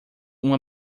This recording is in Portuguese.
uma